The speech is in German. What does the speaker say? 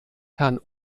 herrn